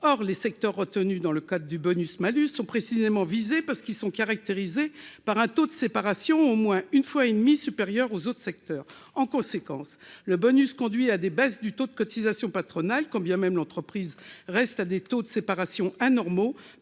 Or les secteurs retenus dans le cadre du bonus-malus sont précisément visés, parce qu'ils se caractérisent par un taux de séparation au moins une fois et demie supérieur à celui des autres secteurs. En conséquence, le bonus conduit à des baisses du taux de cotisation patronale quand bien même l'entreprise reste à des taux de séparation anormaux